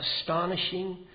astonishing